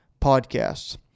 podcasts